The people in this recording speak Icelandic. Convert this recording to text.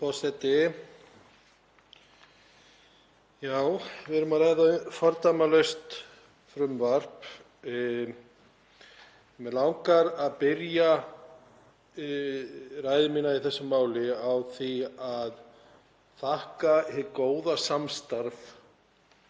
Já, við erum að ræða fordæmalaust frumvarp. Mig langar að byrja ræðu mína í þessu máli á því að þakka hið góða samstarf